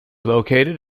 located